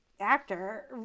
actor